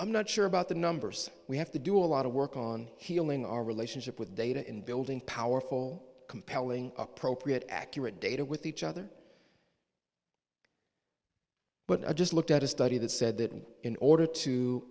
i'm not sure about the numbers we have to do a lot of work on healing our relationship with data in building powerful compelling appropriate accurate data with each other but i just looked at a study that said that in order to